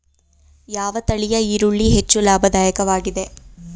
ಯಾವ ತಳಿಯ ಈರುಳ್ಳಿ ಹೆಚ್ಚು ಲಾಭದಾಯಕವಾಗಿದೆ?